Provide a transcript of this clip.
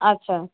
আচ্ছা